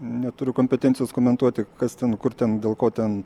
neturiu kompetencijos komentuoti kas ten kur ten dėl ko ten